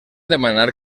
demanar